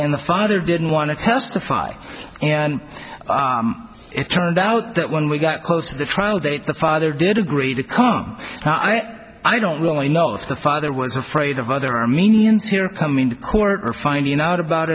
and the father didn't want to testify and it turned out that when we got close to the trial date the father did agree to come i don't really know if the father was afraid of other armenians here coming to court or finding out about